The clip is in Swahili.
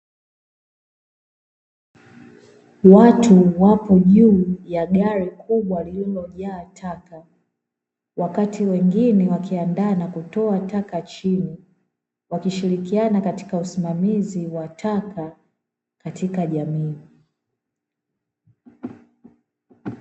Watu wapo juu ya gari kubwa lililojaa taka, wakati wengine wakiandaa na kutoa taka chini, wakishirikiana katika usimamizi wa taka katika jamii.